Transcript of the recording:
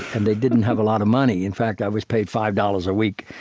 and they didn't have a lot of money. in fact, i was paid five dollars a week.